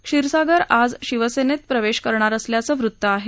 क्षीरसागर आज शिवसेनेत प्रवेश करणार असल्याचं वृत्त आहे